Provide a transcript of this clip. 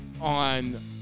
on